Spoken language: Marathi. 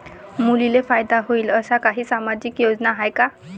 मुलींले फायदा होईन अशा काही सामाजिक योजना हाय का?